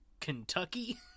Kentucky